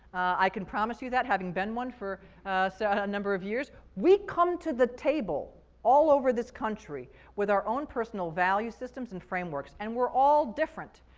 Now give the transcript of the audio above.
i can promise you that for having been one for so and a number of years. we come to the table all over this country with our own personal value systems and frameworks. and we're all different.